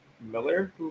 Miller